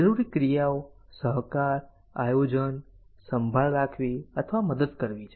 જરૂરી ક્રિયાઓ સહકાર આયોજન સંભાળ રાખવી અથવા મદદ કરવી છે